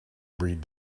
breed